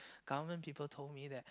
government people told me that